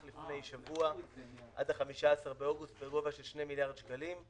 לפני שבוע עד ה-15 באוגוסט בגובה של 2 מיליארד שקלים.